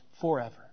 forever